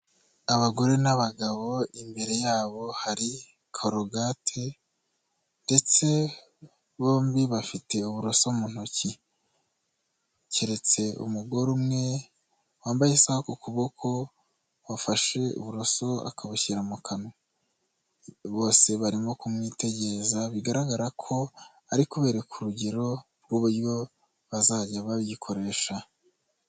Abagore n'abagabo imbere yabo hari korogate ndetse bombi bafite uburoso mu ntoki keretse umugore umwe wambaye isaha ku kuboko wafashe uburoso akabushyira mu kanwa bose barimo kumwitegereza bigaragara ko ari kubereka urugero rw'uburyo bazajya bagikoresha.